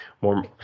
more